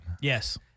Yes